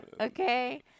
Okay